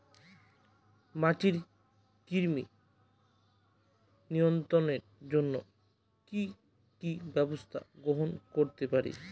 মাটির কৃমি নিয়ন্ত্রণের জন্য কি কি ব্যবস্থা গ্রহণ করতে পারি?